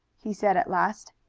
he said at last.